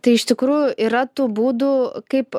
tai iš tikrųjų yra tų būdų kaip